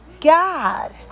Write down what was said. God